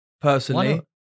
personally